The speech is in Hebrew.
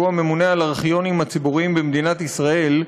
שהוא הממונה על הארכיונים הציבוריים במדינת ישראל,